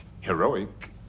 heroic